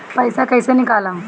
पैसा कैसे निकालम?